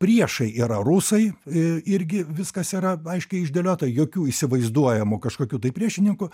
priešai yra rusai irgi viskas yra aiškiai išdėliota jokių įsivaizduojamų kažkokių tai priešininkų